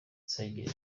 zagiye